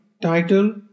title